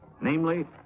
namely